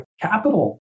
capital